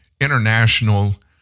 international